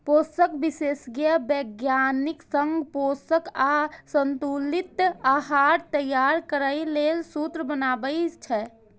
पोषण विशेषज्ञ वैज्ञानिक संग पोषक आ संतुलित आहार तैयार करै लेल सूत्र बनाबै छै